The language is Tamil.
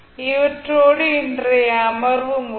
இவற்றோடு இன்றைய அமர்வு முடிந்தது